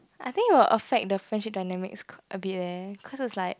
I think it will affect the friendship dynamics ca~ a bit eh cause it's like